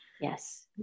yes